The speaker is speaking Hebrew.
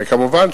וכמובן,